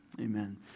Amen